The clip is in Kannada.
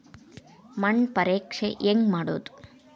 ಮಣ್ಣು ಪರೇಕ್ಷೆ ಹೆಂಗ್ ಮಾಡೋದು?